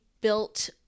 built